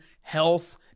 health